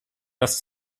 das